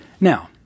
Now